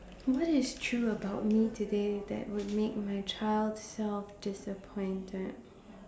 what is true about me today that would make my child self disappointed